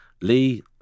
Lee